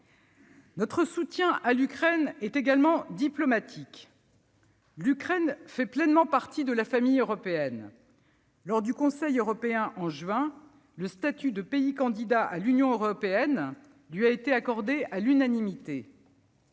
Notre soutien à l'Ukraine est également diplomatique. L'Ukraine fait pleinement partie de la famille européenne. Lors du Conseil européen, en juin, le statut de pays candidat à l'Union européenne lui a été accordé à l'unanimité.